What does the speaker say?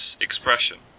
expression